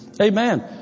Amen